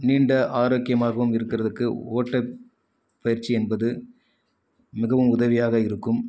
நீண்ட ஆரோக்கியமாகவும் இருக்கிறத்துக்கு ஓட்டப்பயிற்சி என்பது மிகவும் உதவியாக இருக்கும்